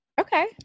Okay